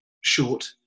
short